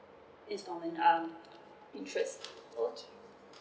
instalment um interest okay